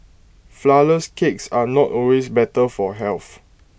Flourless Cakes are not always better for health